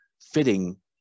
fitting